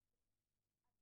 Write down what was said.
יחד